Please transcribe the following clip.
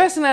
this so